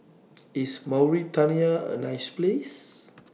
IS Mauritania A nice Place